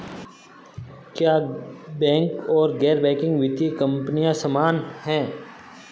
क्या बैंक और गैर बैंकिंग वित्तीय कंपनियां समान हैं?